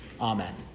Amen